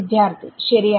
വിദ്യാർത്ഥി ശരിയാണ്